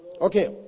Okay